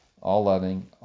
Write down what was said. all-loving